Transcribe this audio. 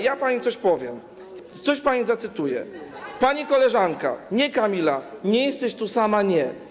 Ja pani coś powiem, coś pani zacytuję, pani koleżankę: Nie, Kamila, nie jesteś tu sama, nie.